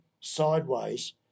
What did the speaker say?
sideways